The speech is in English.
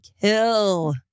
kill